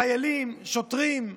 חיילים, שוטרים,